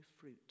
fruit